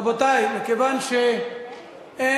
רבותי, מכיוון שאין,